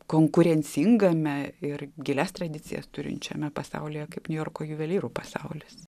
konkurencingame ir gilias tradicijas turinčiame pasaulyje kaip niujorko juvelyrų pasaulis